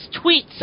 tweets